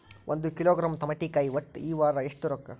ಒಂದ್ ಕಿಲೋಗ್ರಾಂ ತಮಾಟಿಕಾಯಿ ಒಟ್ಟ ಈ ವಾರ ಎಷ್ಟ ರೊಕ್ಕಾ?